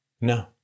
No